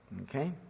okay